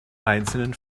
einzelnen